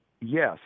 yes